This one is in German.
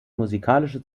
musikalische